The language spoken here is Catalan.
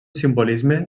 simbolisme